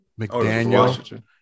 McDaniel